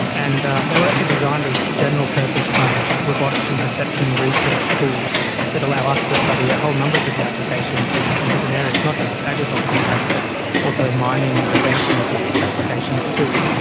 and they were actually designed as general purpose kind of robotics and perception research tools that allow us to study a whole number of different applications in in different areas, not just agriculture in fact but also mining and defence and logistics applications too.